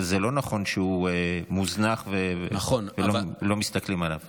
אבל זה לא נכון שהוא מוזנח ולא מסתכלים עליו.